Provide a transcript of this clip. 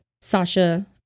Sasha